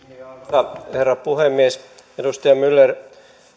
arvoisa herra puhemies edustaja myller